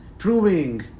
Proving